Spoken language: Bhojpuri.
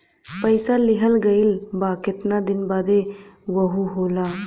पइसा लिहल गइल बा केतना दिन बदे वहू होला